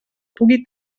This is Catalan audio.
pugui